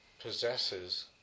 possesses